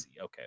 okay